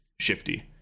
shifty